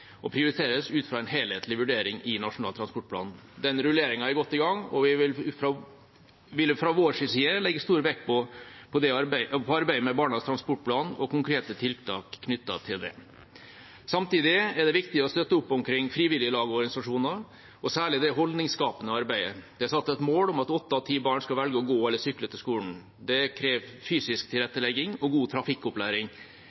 og prioriteres ut fra en helhetlig vurdering i Nasjonal transportplan. Den rulleringen er godt i gang, og vi vil fra vår side legge stor vekt på arbeidet med Barnas transportplan og konkrete tiltak knyttet til det. Samtidig er det viktig å støtte opp omkring frivillige lag og organisasjoner og særlig det holdningsskapende arbeidet. Det er satt et mål om at åtte av ti barn skal velge å gå eller sykle til skolen. Det krever fysisk